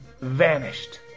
vanished